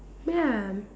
ya